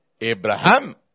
Abraham